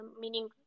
meaning